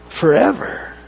forever